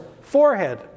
forehead